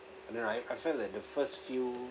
and then I I felt that first few